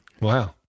Wow